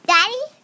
Daddy